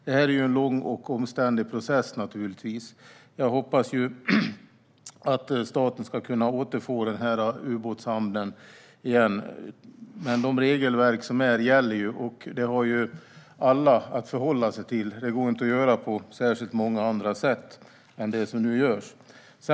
Det är en lång och omständlig process. Jag hoppas att staten ska kunna återfå ubåtshamnen. Men de regelverk som finns gäller. Alla ska förhålla sig till dem. Det går inte att göra på särskilt många andra sätt än man nu gör.